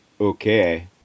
okay